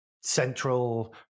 central